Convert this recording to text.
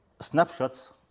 snapshots